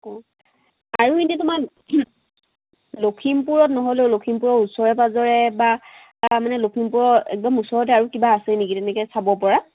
অঁ আৰু এনেই তোমাৰ লখিমপুৰত নহ'লেও লখিমপুৰৰ ওচৰে পাঁজৰে বা মানে লখিমপুৰৰ একদম ওচৰতে আৰু কিবা আছে নেকি তেনেকৈ চাব পৰা